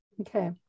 Okay